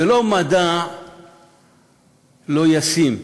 זה לא מדע לא ישים,